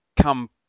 come